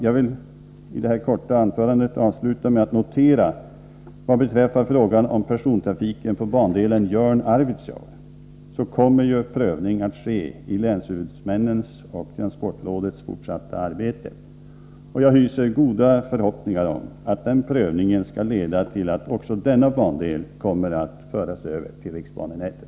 Jag vill avsluta det här korta anförandet med att notera att vad beträffar frågan om persontrafiken på bandelen Jörn-Arvidsjaur kommer prövning att ske i länshuvudmännens och transportrådets fortsatta arbete. Jag hyser goda förhoppningar om att den prövningen skall leda till att också denna bandel kommer att föras över till riksbanenätet.